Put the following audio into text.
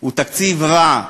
הוא תקציב רע.